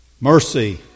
Mercy